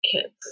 kids